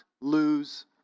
lose